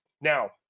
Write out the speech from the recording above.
now